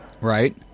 right